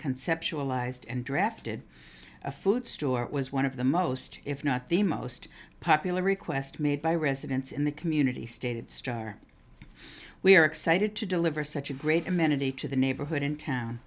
conceptualized and drafted a food store it was one of the most if not the most popular request made by residents in the community stated star we are excited to deliver such a great amenity to the neighborhood in town